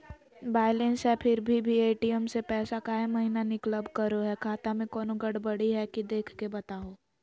Balance है फिर भी भी ए.टी.एम से पैसा काहे महिना निकलब करो है, खाता में कोनो गड़बड़ी है की देख के बताहों?